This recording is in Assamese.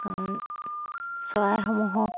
চৰাইসমূহক